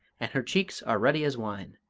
and her cheeks are ruddy as wine.